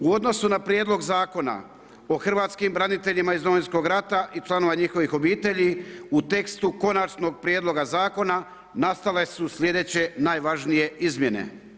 U odnosu na prijedlog zakona o hrvatskim braniteljima iz Domovinskog rata i članova njihovih obitelji u tekstu konačnog prijedloga zakona nastale su sljedeće najvažnije izmjene.